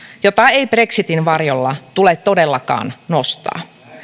jota ei brexitin varjolla tule todellakaan nostaa